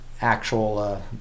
actual